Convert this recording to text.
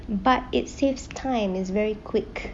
but it saves time it's very quick